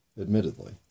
admittedly